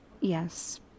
Yes